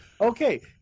Okay